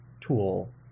tool